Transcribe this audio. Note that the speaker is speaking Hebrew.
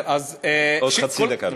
עוד חצי דקה.